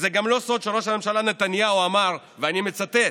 זה גם לא סוד שראש הממשלה נתניהו אמר, ואני מצטט: